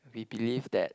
we believe that